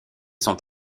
sont